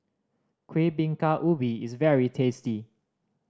Kuih Bingka Ubi is very tasty